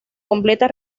completa